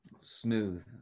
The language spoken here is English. smooth